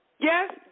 Yes